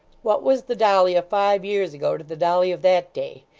what was the dolly of five years ago, to the dolly of that day!